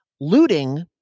looting